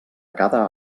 cada